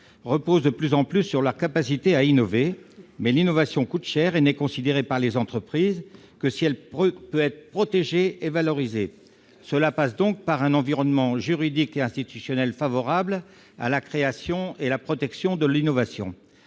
repose de plus en plus sur leur capacité à innover. Mais l'innovation coûte cher et n'est considérée par les entreprises que si elle peut être protégée et valorisée. Cela passe donc par un environnement juridique et institutionnel favorable à la création et à la protection de l'innovation.